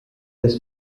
this